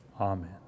Amen